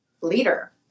leader